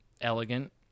Elegant